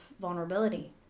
vulnerability